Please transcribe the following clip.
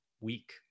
week